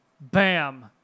Bam